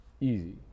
easy